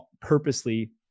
purposely